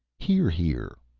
hear! hear!